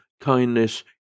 kindness